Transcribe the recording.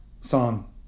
song